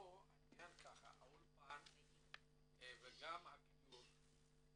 פה העניין ככה, האולפן וגם הגיור.